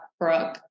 Brooke